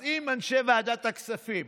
אז אם אנשי ועדת הכספים